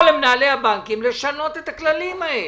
למנהלי הבנקים לשנות את הכללים האלה.